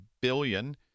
billion